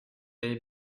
est